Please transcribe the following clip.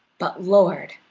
but, lord!